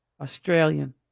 Australian